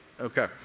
Okay